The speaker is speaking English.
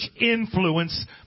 influence